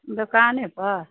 दोकानेपर